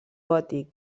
gòtic